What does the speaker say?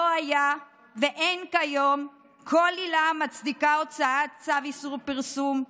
לא היה ואין כיום כל עילה המצדיקה הוצאת צו איסור פרסום,